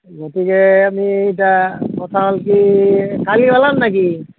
গতিকে আমি এতিয়া কথা হ'ল কি কালি ওলাম না কি